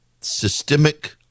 Systemic